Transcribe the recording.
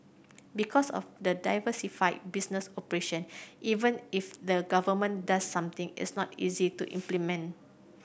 because of the diversified business operation even if the Government does something it's not easy to implement